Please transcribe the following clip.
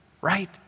right